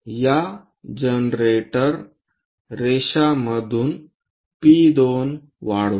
या जनरेटर लाइनमधून P2 वाढवा